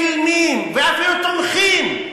אילמים ואפילו תומכים,